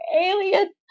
alien